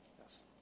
Yes